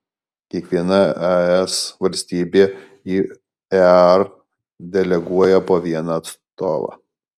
kiekviena es valstybė į ear deleguoja po vieną atstovą